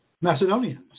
Macedonians